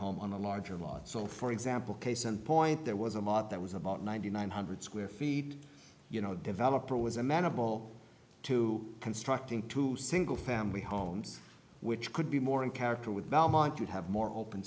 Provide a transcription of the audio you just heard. home on a larger lot so for example case in point there was a mob that was about ninety nine hundred square feet you know the developer was a man of all to constructing two single family homes which could be more in character with belmont you have more open